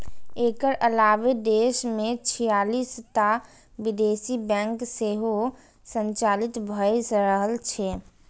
एकर अलावे देश मे छियालिस टा विदेशी बैंक सेहो संचालित भए रहल छै